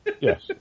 Yes